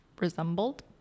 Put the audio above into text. resembled